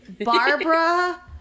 Barbara